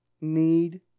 need